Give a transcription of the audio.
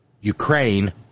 Ukraine